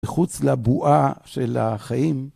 מחוץ לבועה של החיים.